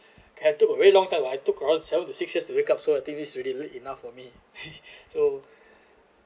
I took a very long time when I took around seven to six years to wake up so I think this really lead enough for me so